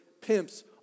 pimps